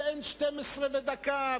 אין 12 ודקה,